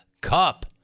cup